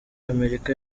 america